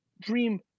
Dream